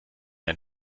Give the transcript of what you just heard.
ein